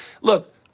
Look